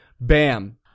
Bam